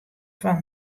fan